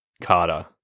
Carter